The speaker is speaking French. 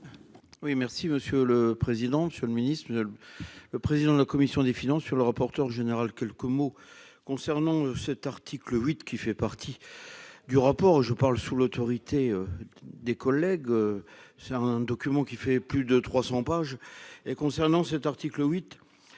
Oui, merci Monsieur le président, Monsieur le Ministre, le président de la commission des finances sur le rapporteur général, quelques mots concernant cet article 8 qui fait partie du rapport, je parle sous l'autorité des collègues, c'est un document qui fait plus de 300 pages et concernant cet article 8